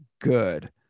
good